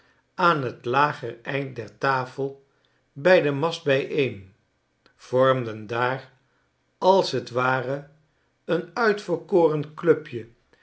aan t lager eind der tafel bij den mast bijeen vormden daar als t ware een uitverkoren clubje